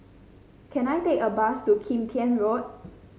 can I take a bus to Kim Tian Road